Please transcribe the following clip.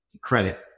credit